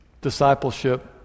discipleship